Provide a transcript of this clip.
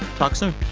talk soon